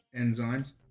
enzymes